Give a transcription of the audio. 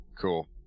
cool